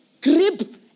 grip